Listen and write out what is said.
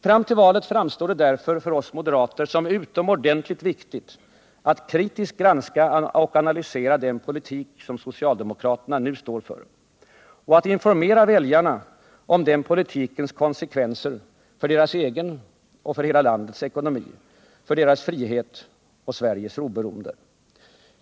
Fram till valet framstår det därför för oss moderater som utomordentligt viktigt att kritiskt granska och analysera den politik som socialdemokraterna nu står för och att informera väljarna om den politikens konsekvenser för deras egen och för hela landets ekonomi, för deras frihet och Sveriges oberoende.